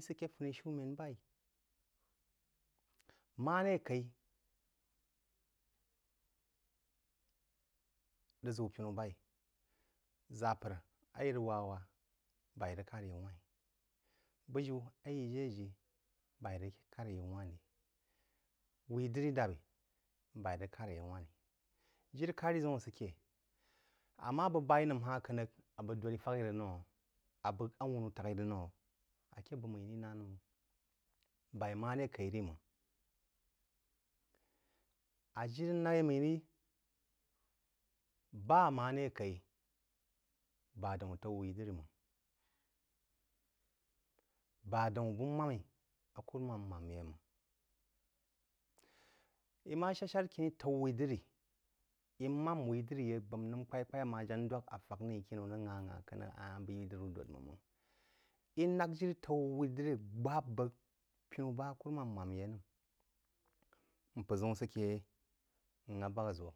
Í sə ke funishumēn b’aí, maré kaí e. g long silence rəg ʒəu-pinú b’aí: ʒāpər a í rəg wā-wá b’aí rəg kār yaú wáuīn, bu̇jiú a í jé jí, b’aí rəg kār yaú wáyín, wúí, dírí dāb-ī b’aí rəg ka- yaú wán-rí, jirí-kàrí ʒəun sə ké – amma̍ bəg b’aí nəm ha-hn k’əngh a bəg dōdoí fak-í rəg nəm? A bəg awunu tak rí nəm? Aké bəg-mmí rí ná nəm máng. B’aí maré kaí rí ma̍ng. À jiri-nak mmí rí, bá a maré kaú bá daūn ataú wuí diri-máng. Bá daún bu mām-ī, a kùrúmām mām yé máng. Ī má shād-shár khiní taú wúí dirí- í má wíú dik yí a gbām nəm kpaī-kpaí, a amma jana dwák a fak ní khiní-wú rəg nghá-nghá-k’ən ngha beí ahn diri wú dōd wú máng. Í na̍k jiri taú wúí din gbāp bəg pīnú ba á kùrúmām mām yé nəm. N p’ə-ʒəun sə ke yei n abagha-ʒō.